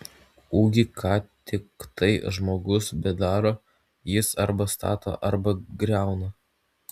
ugi ką tiktai žmogus bedaro jis arba stato arba griauna